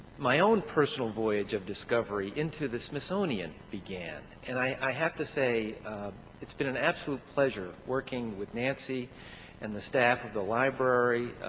my own personal voyage of discovery into into the smithsonian began and i have to say it's been an absolute pleasure working with nancy and the staff of the library,